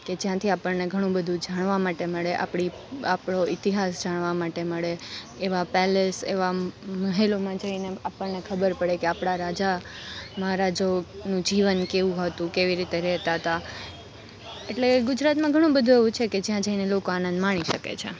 કે જ્યાંથી આપણને ઘણું બધું જાણવા માટે મળે આપણી આપણો ઇતિહાસ જાણવા માટે મળે એવા પેલેસ એવા મહેલોમાં જઈને આપણને ખબર પડે કે આપણા રાજા મહારાજોનું જીવન કેવું હતું કેવી રીતે રહેતાં હતાં એટલે ગુજરાતમાં ઘણું બધું એવું છે કે જયાં જઈને લોકો આનંદ માણી શકે છે